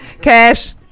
Cash